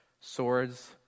swords